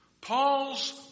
Paul's